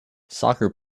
soccer